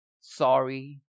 sorry